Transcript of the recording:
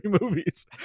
movies